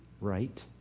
right